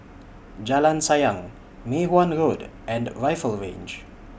Jalan Sayang Mei Hwan Road and Rifle Range